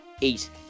eat